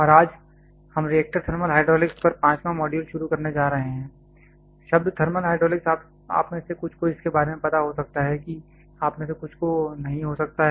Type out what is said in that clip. और आज हम रिएक्टर थर्मल हाइड्रोलिक्स पर 5वां मॉड्यूल शुरू करने जा रहे हैं शब्द थर्मल हाइड्रोलिक्स आप में से कुछ को इसके बारे में पता हो सकता है कि आप में से कुछ को नहीं हो सकता है